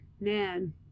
man